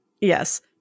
Yes